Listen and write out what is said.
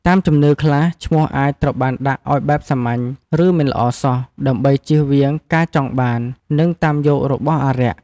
តាមជំនឿខ្លះ ឈ្មោះអាចត្រូវបានដាក់អោយបែបសាមញ្ញ ឬ មិនល្អសោះ ដើម្បីជៀសវាងការចង់បាន និងតាមយករបស់អារក្ស។